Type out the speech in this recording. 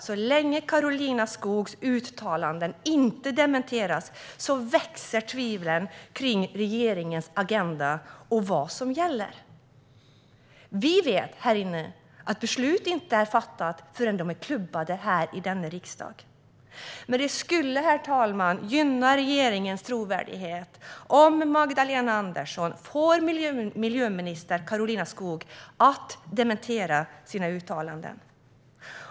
Så länge Karolina Skogs uttalanden inte dementeras växer dock tvivlen kring regeringens agenda och vad som gäller. Vi här inne vet att besluten inte är fattade förrän de är klubbade här i denna riksdag. Men det skulle, herr talman, gynna regeringens trovärdighet om Magdalena Andersson fick miljöminister Karolina Skog att dementera sina uttalanden.